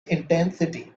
intensity